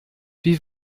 wie